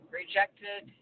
rejected